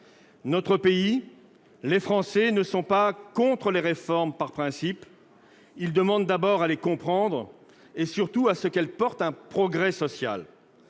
Notre pays et les Français ne sont pas contre les réformes par principe. Ils demandent d'abord à les comprendre et, surtout, à ce qu'elles portent un progrès social.